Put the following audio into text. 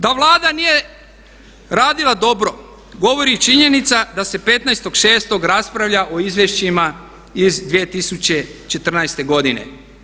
Da Vlada nije radila dobro govori i činjenica da se 15.6. raspravlja o izvješćima iz 2014. godine.